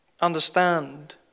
understand